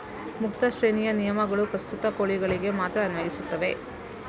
ಮುಕ್ತ ಶ್ರೇಣಿಯ ನಿಯಮಗಳು ಪ್ರಸ್ತುತ ಕೋಳಿಗಳಿಗೆ ಮಾತ್ರ ಅನ್ವಯಿಸುತ್ತವೆ